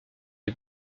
des